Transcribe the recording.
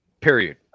Period